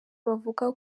bavugaga